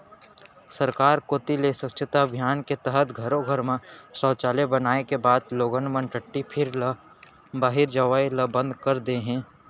सरकार कोती ले स्वच्छता अभियान के तहत घरो घर म सौचालय बनाए के बाद लोगन मन टट्टी फिरे ल बाहिर जवई ल बंद कर दे हें